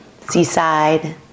Seaside